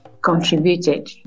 contributed